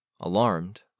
Alarmed